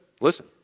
Listen